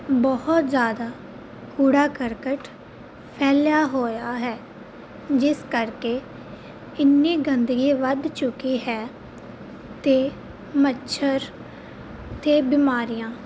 ਬਹੁਤ ਜ਼ਿਆਦਾ ਕੂੜਾ ਕਰਕਟ ਫੈਲਿਆ ਹੋਇਆ ਹੈ ਜਿਸ ਕਰਕੇ ਇੰਨੀ ਗੰਦਗੀ ਵੱਧ ਚੁੱਕੀ ਹੈ ਅਤੇ ਮੱਛਰ ਅਤੇ ਬਿਮਾਰੀਆਂ